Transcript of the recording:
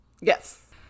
Yes